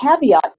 caveat